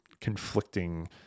conflicting